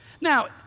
Now